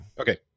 okay